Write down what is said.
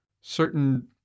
certain